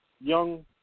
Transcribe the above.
young